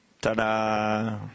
Ta-da